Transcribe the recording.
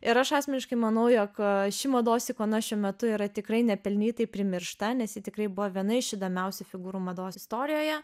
ir aš asmeniškai manau jog ši mados ikona šiuo metu yra tikrai nepelnytai primiršta nes ji tikrai buvo viena iš įdomiausių figūrų mados istorijoje